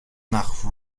nach